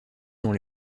dans